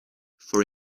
for